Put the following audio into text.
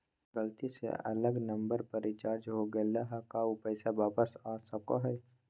गलती से अलग नंबर पर रिचार्ज हो गेलै है का ऊ पैसा वापस आ सको है?